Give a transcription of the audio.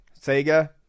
Sega